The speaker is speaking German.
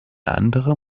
andere